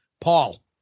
Paul